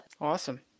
Awesome